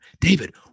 David